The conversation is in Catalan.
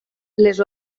les